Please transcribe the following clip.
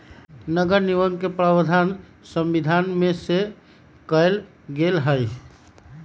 नगरनिगम के प्रावधान संविधान में सेहो कयल गेल हई